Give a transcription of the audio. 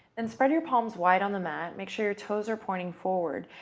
and spread your palms wide on the mat, make sure your toes are pointing forward,